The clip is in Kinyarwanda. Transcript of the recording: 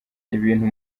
ibintu